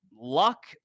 luck